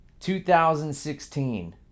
2016